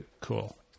cool